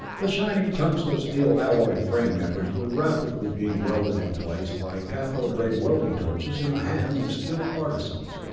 the shining tungsto-steel alloy frame members were rapidly being welded in place by cathode ray welding torches in the hands of skilled artisans.